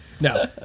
no